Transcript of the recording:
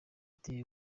ati